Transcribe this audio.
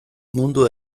mundu